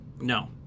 No